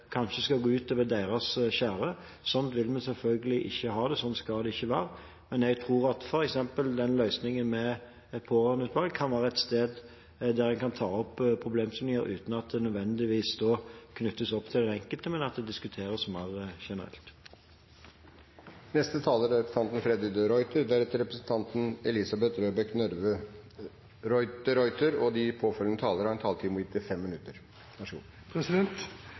kanskje skal gå ut over deres kjære. Sånn vil vi selvfølgelig ikke ha det, sånn skal det ikke være. Jeg tror f.eks. at løsningen med et pårørendeutvalg kan være et sted der en kan ta opp problemstillinger uten at de nødvendigvis knyttes opp til en enkelt, men at det diskuteres mer generelt. Først vil jeg takke interpellanten for at hun tar opp et viktig tema. Jeg er ikke i tvil om at aktiv medvirkning fra brukere og pårørende er en